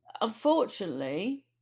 unfortunately